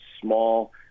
small